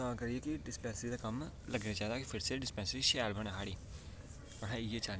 ते तां करियै डिस्पैंसरी दा कम्म लग्गना चाहिदा ते इस शा अच्छी डिस्पैंसरी शैल बने साढ़ी असें इयै चाह्न्ने आं